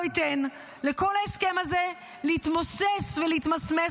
ייתן לכל ההסכם הזה להתמוסס ולהתמסמס,